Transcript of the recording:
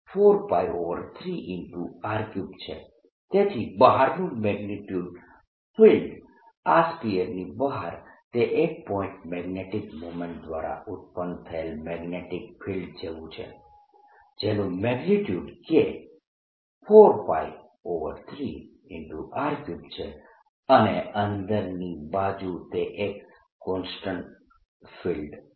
તેથી બહારનું magnetic field આ સ્ફીયરની બહાર તે એક પોઇન્ટ મેગ્નેટીક મોમેન્ટ દ્વારા ઉત્પન્ન થયેલ મેગ્નેટીક ફિલ્ડ જેવું છે જેનું મેગ્નિયુડ K 4π3R3 છે અને અંદરની બાજુ તે એક કોન્સ્ટન્ટ ફિલ્ડ છે